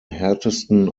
härtesten